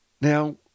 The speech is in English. Now